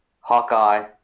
Hawkeye